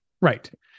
Right